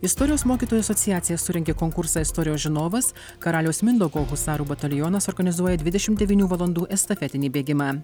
istorijos mokytojų asociacija surengė konkursą istorijos žinovas karaliaus mindaugo husarų batalionas organizuoja dvidešim devynių valandų estafetinį bėgimą